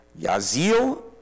Yazil